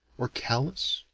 or callous?